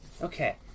Okay